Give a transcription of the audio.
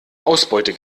ausbeute